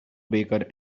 baker